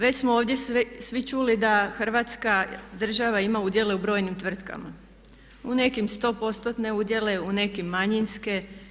Već smo ovdje svi čuli da Hrvatska država ima udjele u brojnim tvrtkama, u nekim sto postotne udjele, u nekim manjinske.